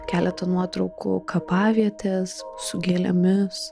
keletą nuotraukų kapavietės su gėlėmis